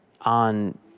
on